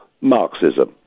Marxism